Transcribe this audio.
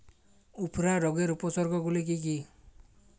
উফরা রোগের উপসর্গগুলি কি কি?